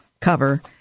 cover